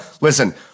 listen